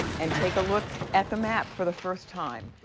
and take a look at the map for the first time.